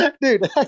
dude